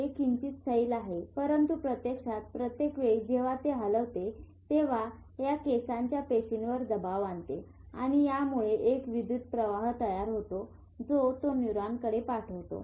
हे किंचित सैल आहे परंतु प्रत्यक्षात प्रत्येक वेळी जेव्हा ते हलवते तेव्हा या केसांच्या पेशींवर दबाव आणते आणि यामुळे एक विद्युत प्रवाह तयार होतो जो तो न्यूरॉनकडे पाठवतो